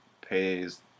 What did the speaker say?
pays